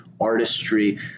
artistry